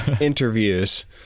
interviews